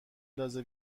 ندازه